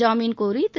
ஜாமீன்கோரி திரு